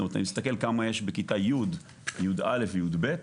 אם נסתכל על כמה יש בכיתה י', י"א י"ב.